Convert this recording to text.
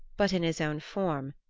but in his own form,